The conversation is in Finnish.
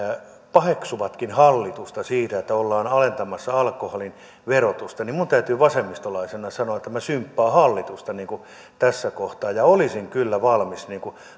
paheksuvatkin hallitusta siitä että ollaan alentamassa alkoholin verotusta niin minun täytyy vasemmistolaisena sanoa että minä symppaan hallitusta tässä kohtaa ja olisin kyllä valmis